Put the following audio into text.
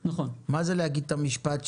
נכון, נכון.